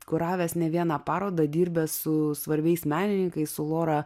kuravęs ne vieną parodą dirbęs su svarbiais menininkais su lora